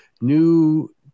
new